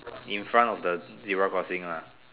in front of the zebra crossings lah